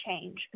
change